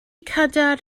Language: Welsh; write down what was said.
cadair